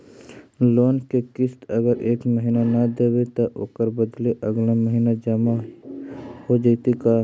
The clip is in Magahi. लोन के किस्त अगर एका महिना न देबै त ओकर बदले अगला महिना जमा हो जितै का?